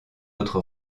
autre